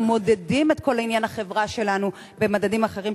מודדים את כל עניין החברה שלנו במדדים אחרים,